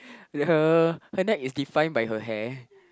her her neck is defined by her hair